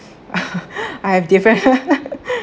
I have different